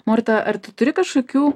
morta ar tu turi kažkokių